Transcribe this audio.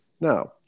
now